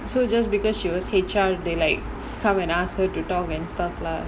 so just because she was H_R they like come and ask her to talk and stuff lah